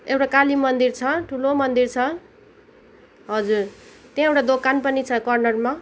एउटा कालीमन्दिर छ ठुलो मन्दिर छ हजुर त्यहाँ एउटा दोकान पनि छ कर्नरमा